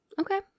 Okay